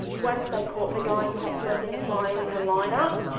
once they caught the guy you had to identify him in a line-up.